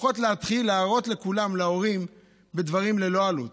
לפחות להתחיל להראות להורים בדברים ללא עלות,